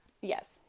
Yes